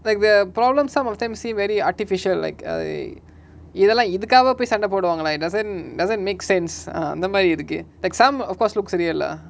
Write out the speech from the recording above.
like the problem some of them seem very artificial like அது இதலா இதுக்காகவா போய் சண்ட போடுவாங்களா:athu ithala ithukaakava poai sanda poduvaangalaa it doesn't doesn't make sense ah அந்தமாரி இருக்கு:anthamari iruku like some of course looks சரியே:sariye lah